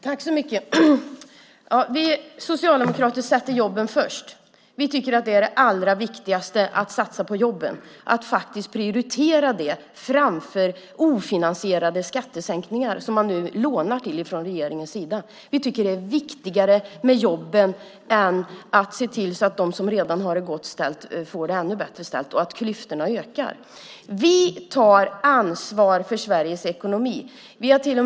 Herr talman! Vi socialdemokrater sätter jobben först. Vi tycker att det allra viktigaste är att satsa på jobben - att faktiskt prioritera det framför de ofinansierade skattesänkningar som man i regeringen nu lånar till. Vi tycker att det är viktigare med jobben än med att de som redan har det gott ställt får det ännu bättre och att klyftorna ökar. Vi tar ansvar för Sveriges ekonomi.